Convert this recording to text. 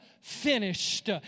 finished